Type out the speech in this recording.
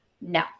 No